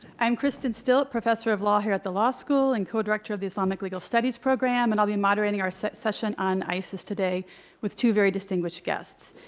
i'm kristen stilt, professor of law here at the law school and co-director of the islamic legal studies program. and i'll be moderating our session on isis today with two very distinguished guests.